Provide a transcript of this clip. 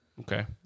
Okay